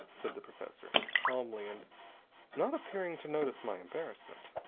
said the professor, calmly, and not appearing to notice my embarrassment.